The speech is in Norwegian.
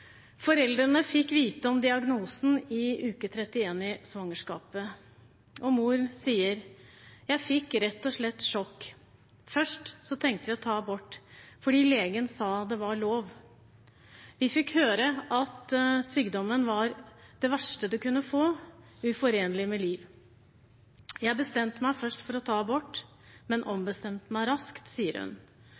Foreldrene fikk vite om diagnosen i uke 31 i svangerskapet, og mor sier: «Jeg fikk sjokk, rett og slett. Først tenkte vi begge å ta abort, fordi legen sa at det var lov . Vi fikk høre at trisomi 18 var det verste du kunne få. Jeg bestemte meg først for å ta abort, men ombestemte meg raskt